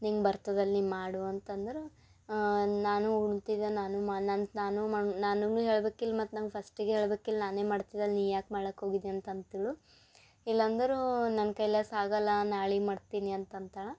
ನಿಂಗೆ ಬರ್ತದಲ್ಲ ನೀ ಮಾಡು ಅಂತಂದ್ರೆ ನಾನು ಉಣ್ತಿದ್ದೆ ನಾನು ಮಾ ನನ್ನ ನಾನು ಮ ನಾನೂ ಹೇಳ್ಬೇಕಲ್ ಮತ್ತು ನಂಗೆ ಫಸ್ಟಿಗೆ ಹೇಳ್ಬೇಕಲ್ ನಾನೇ ಮಾಡ್ತಿದಲ್ಲ ನೀ ಯಾಕೆ ಮಾಡ್ಲಕ್ಕ ಹೋಗಿದ್ದಿ ಅಂತ ಅಂತಿದ್ಳು ಇಲ್ಲಂದರೆ ನನ್ನ ಕೈಲಿ ಸಾಗೋಲ್ಲ ನಾಳಿಗೆ ಮಾಡ್ತೀನಿ ಅಂತ ಅಂತಾಳೆ